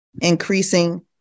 increasing